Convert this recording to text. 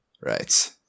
Right